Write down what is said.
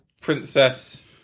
princess